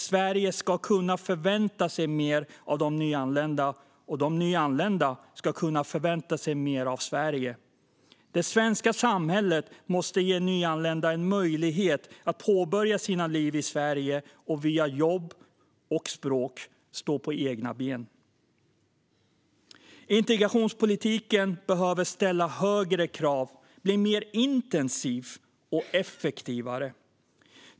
Sverige ska kunna förvänta sig mer av de nyanlända, och de nyanlända ska kunna förvänta sig mer av Sverige. Det svenska samhället måste ge nyanlända en möjlighet att påbörja sitt nya liv i Sverige och via jobb och språk stå på egna ben. Integrationspolitiken behöver ställa högre krav och bli mer intensiv och effektiv.